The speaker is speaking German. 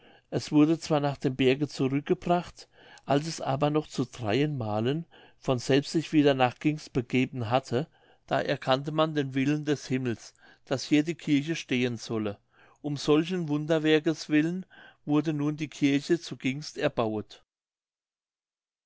es wurde zwar nach dem berge zurückgebracht als es aber noch zu dreien malen von selbst sich wieder nach gingst begeben hatte da erkannte man den willen des himmels daß hier die kirche stehen solle um solchen wunderwerkes willen wurde nun die kirche zu gingst erbauet